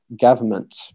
government